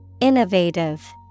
Innovative